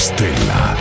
Stella